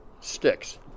sticks